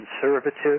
conservative